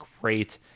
great